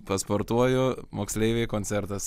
pasportuoju moksleiviai koncertas